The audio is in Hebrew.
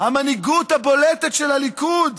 המנהיגות הבולטת של הליכוד,